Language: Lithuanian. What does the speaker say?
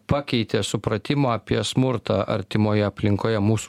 pakeitė supratimą apie smurtą artimoje aplinkoje mūs